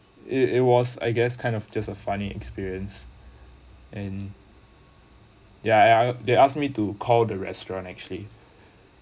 it it was I guess kind of just a funny experience and ya ya they asked me to call the restaurant actually